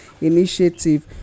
Initiative